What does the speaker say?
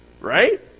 Right